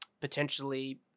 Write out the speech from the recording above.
potentially